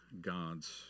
God's